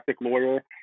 lawyer